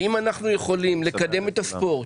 אם אנחנו יכולים לקדם את הספורט,